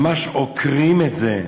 ממש עוקרים את זה.